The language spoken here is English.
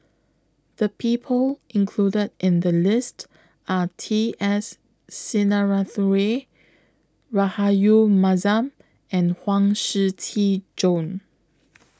The People included in The list Are T S Sinnathuray Rahayu Mahzam and Huang Shiqi Joan